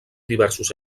diversos